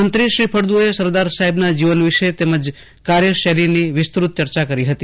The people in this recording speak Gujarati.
મંત્રીશ્રી ફળદુએ સરદાર સાહેબના જીવન વિશે તેમજ કાર્યશૈલીની વિસ્તૃત ચર્ચા કરી હતી